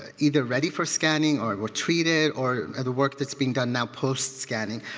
either ready for scanning or were treated or other work that's being done now post-scanning.